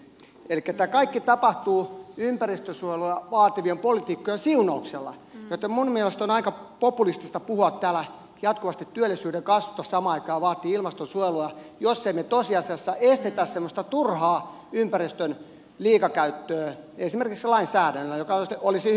tämä kaikki tapahtuu ympäristönsuojelua vaativien poliitikkojen siunauksella joten minun mielestäni on aika populistista puhua täällä jatkuvasti työllisyyden kasvusta ja samaan aikaan vaatia ilmastonsuojelua jos me emme tosiasiassa estä semmoista turhaa ympäristön liikakäyttöä esimerkiksi lainsäädännöllä mikä olisi hyvin mahdollista